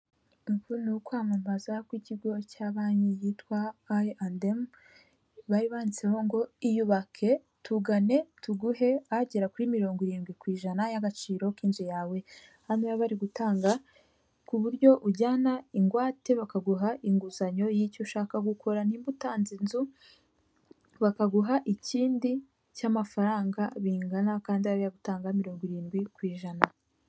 Uku ni ukwamamaza kw'ikigo cya banki yitwa i andemu bari banditseho ngoyubake tugane tuguhe ahagera kuri mirongo irindwi ku ijana y'agaciro k'inzu yawe a yaba bari gutanga ku buryo ujyana ingwate bakaguha inguzanyo y'icyo ushaka gukora nimba utanze inzu bakaguha ikindi cy'amafaranga bingana kandi ariyo gutanga mirongo irindwi ku ijana.